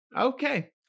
Okay